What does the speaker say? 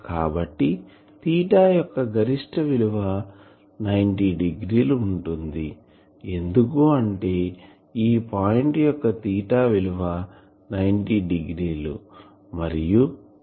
కాబట్టి తీటా యొక్క గరిష్ట విలువ 90 డిగ్రీలు ఉంటుంది ఎందుకు అంటే ఈ పాయింట్ యొక్క తీటా విలువ 90 డిగ్రీలు మరియు కనిష్ట విలువ సున్నా